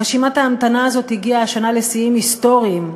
רשימת ההמתנה הזאת הגיעה השנה לשיאים היסטוריים,